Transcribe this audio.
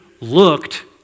looked